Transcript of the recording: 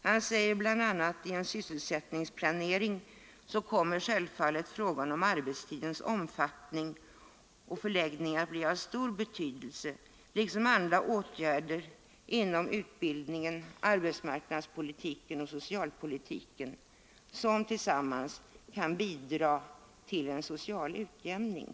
Det heter där bl.a. att i en sysselsättningsplanering kommer självfallet frågan om arbetstidens omfattning och förläggning att bli av stor betydelse liksom andra åtgärder inom utbildningen, arbetsmarknadspolitiken och socialpolitiken, som tillsammans kan bidra till en social utjämning.